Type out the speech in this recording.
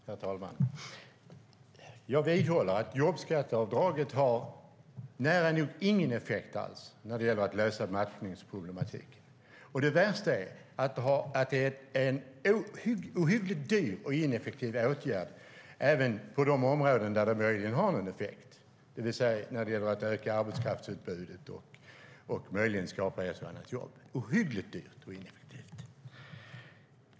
Herr talman! Jag vidhåller att jobbskatteavdraget har nära nog ingen effekt alls när det gäller att lösa matchningsproblemen. Det värsta är att det är en ohyggligt dyr och ineffektiv åtgärd även på de områden där det möjligen har en effekt, det vill säga öka arbetskraftsutbudet och möjligen skapa ett och annat jobb.